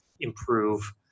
improve